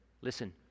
Listen